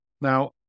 Now